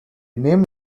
name